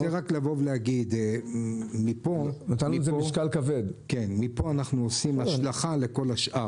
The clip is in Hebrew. אני רק רוצה להגיד שמפה אנחנו עושים השלכה לכל השאר.